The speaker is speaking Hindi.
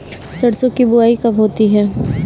सरसों की बुआई कब होती है?